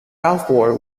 balfour